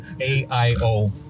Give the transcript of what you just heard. A-I-O